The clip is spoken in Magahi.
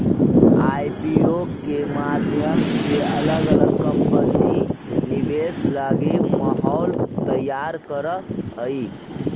आईपीओ के माध्यम से अलग अलग कंपनि निवेश लगी माहौल तैयार करऽ हई